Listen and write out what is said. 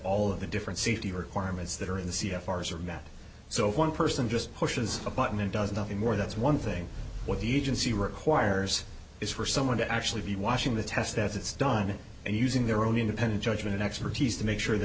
all of the different safety requirements that are in the sea of ours are met so one person just pushes a button and does nothing more that's one thing what the agency requires is for someone to actually be washing the test as it's done and using their own independent judgment expertise to make sure that